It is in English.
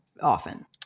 often